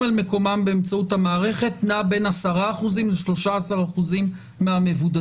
על מקומם באמצעות המערכת נעה בין 10% ל-13% מהמבודדים.